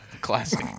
Classic